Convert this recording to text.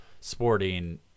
sporting—